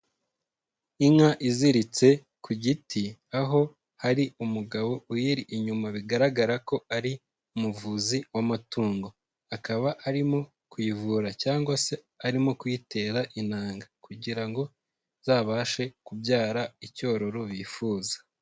Inka iziritse ku giti aho hari umugabo uyiri inyuma bigaragara ko ari umuvuzi w'amatungo. Akaba arimo kuyivura cyangwa se arimo kuyitera inanga kugira ngo izabashe kubyara icyororo bifuza.